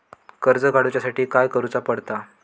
कर्ज काडूच्या साठी काय करुचा पडता?